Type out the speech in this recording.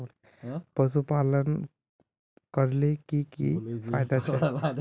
पशुपालन करले की की फायदा छे?